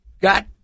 got